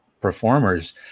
performers